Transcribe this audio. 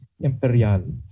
Imperial